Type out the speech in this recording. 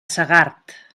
segart